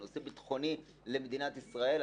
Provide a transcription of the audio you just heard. בנושא ביטחוני למדינת ישראל.